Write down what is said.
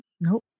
Nope